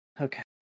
Okay